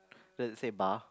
does it say bar